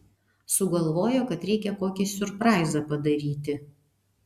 sugalvojo kad reikia kokį siurpraizą padaryti